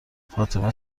فاطمه